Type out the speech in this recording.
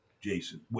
Jason